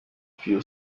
few